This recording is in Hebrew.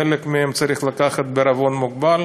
חלק מהם צריך לקחת בעירבון מוגבל.